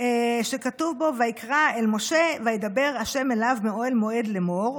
שכתוב בו: "ויקרא אל משה וידבר ה' אליו מאהל מועד לאמֹר",